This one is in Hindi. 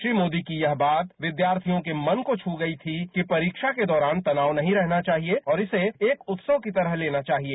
श्री मोदी की यह बात विद्यार्थियों के मन को छू गई थी कि परीक्षा के दौरान तनाव नहीं रहना चाहिए और इसे एक उत्सव की तरह लेना चाहिए